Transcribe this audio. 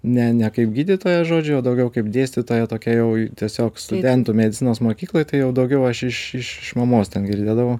ne ne kaip gydytoja žodžiu o daugiau kaip dėstytoja tokia jau tiesiog studentų medicinos mokykloj tai jau daugiau aš iš iš mamos ten girdėdavau